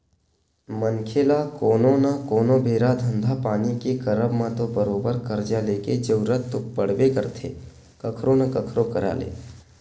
मनखे ल कोनो न कोनो बेरा धंधा पानी के करब म तो बरोबर करजा लेके जरुरत तो पड़बे करथे कखरो न कखरो करा ले